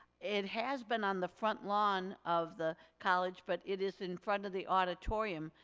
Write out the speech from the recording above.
it has been on the front lawn of the college but it is in front of the auditorium.